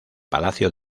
palacio